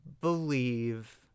believe